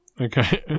okay